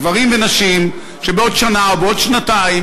גברים ונשים שבעוד שנה או בעוד שנתיים